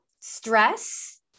stress